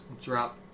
drop